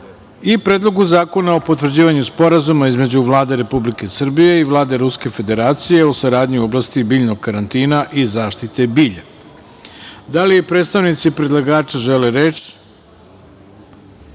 i Predlogu zakona o potvrđivanju Sporazuma između Vlade Republike Srbije i Vlade Ruske Federacije o saradnji u oblasti biljnog karantina i zaštite bilja. Da li predstavnici predlagača žele